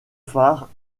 phare